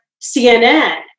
CNN